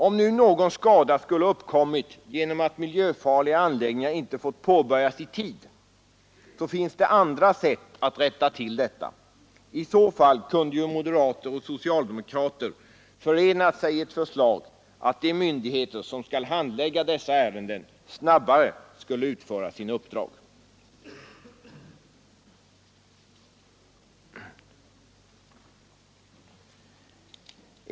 Om någon skada skulle ha uppkommit genom att miljöfarliga anläggningar inte fått påbörjas i tid finns det andra sätt att rätta till detta. I så fall kan moderater och socialdemokrater förena sig i ett förslag att de myndigheter som skall handlägga dessa ärenden snabbare skall utföra sina uppdrag.